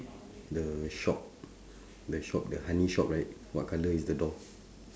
the shop the shop the honey shop right what colour is the door